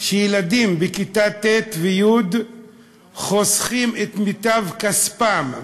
שילדים בכיתה ט' וי' חוסכים את מיטב כספם,